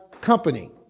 company